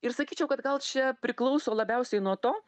ir sakyčiau kad gal čia priklauso labiausiai nuo to